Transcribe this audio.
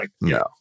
No